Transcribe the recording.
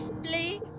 display